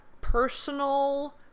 personal